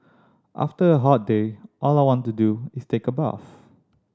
after a hot day all I want to do is take a bath